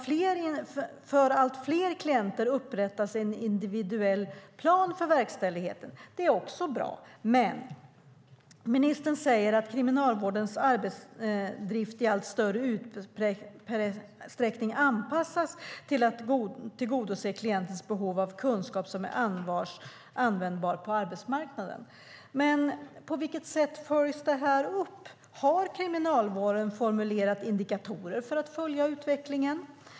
För allt fler klienter upprättas en individuell plan för verkställigheten. Det är också bra, men ministern säger att Kriminalvårdens arbetsdrift i allt större utsträckning anpassas till att tillgodose klientens behov av kunskap som är användbar på arbetsmarknaden. På vilket sätt följs detta upp? Har Kriminalvården formulerat indikatorer för att följa utvecklingen?